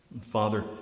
Father